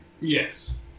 yes